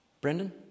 Brendan